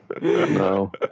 no